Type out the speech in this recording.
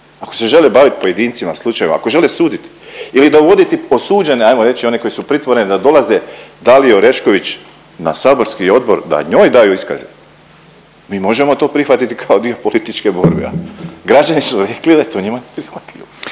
Ako se žele baviti pojedincima … ako žele suditi ili dovoditi posuđene ajmo reći one koji su pritvoreni da dolaze Daliji Orešković na saborski odbor da njoj daju iskaze, mi možemo to prihvatiti kao dio političke borbe. Građani su rekli da je to njima neprihvatljivo.